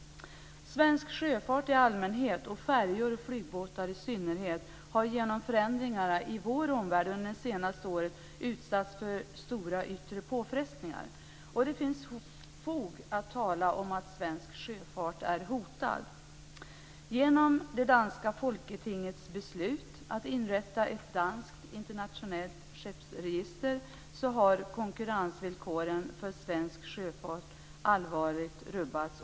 Svensk sjöfart i allmänhet och färjor och flygbåtar i synnerhet har genom förändringarna i vår omvärld under det senaste året utsatts för stora yttre påfrestningar. Det finns fog att tala om att svensk sjöfart är hotad. Genom det danska folketingets beslut att inrätta ett danskt internationellt skeppsregister har konkurrensvillkoren för svensk sjöfart allvarligt rubbats.